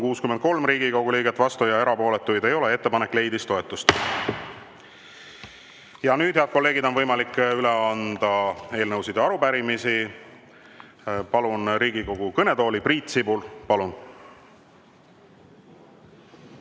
63 Riigikogu liiget, vastuolijaid ega erapooletuid ei ole. Ettepanek leidis toetust. Ja nüüd, head kolleegid, on võimalik üle anda eelnõusid ja arupärimisi. Palun Riigikogu kõnetooli Priit Sibula. Palun!